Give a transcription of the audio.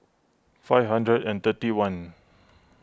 five hundred and thirty one